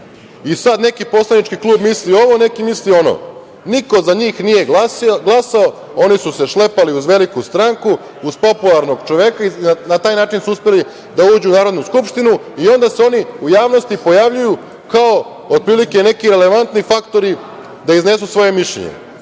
I, sad neki poslanički klub misli ovo, neki misli ono. Niko za njih nije glasao, oni su se šlepali uz veliku stranku, uz popularnog čoveka i na taj način su uspeli da uđu u Narodnu skupštinu i onda se oni u javnosti pojavljuju kao otprilike neki relevantni faktori da iznesu svoje mišljenje.